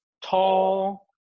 tall